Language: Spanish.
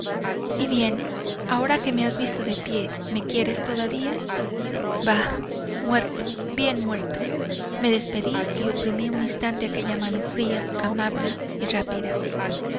y bien ahora que me has visto de pie me quieres todavía bah muerto bien muerto me despedí y oprimí un instante aquella mano fría amable y rápida